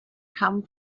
come